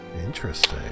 interesting